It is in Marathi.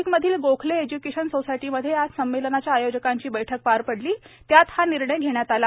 नाशिकमधील गोखले एज्य्केशन सोसायटीमध्ये आज संमेलनाच्या आयोजकांची बैठक पार पडली त्यात हा निर्णय घेण्यात आला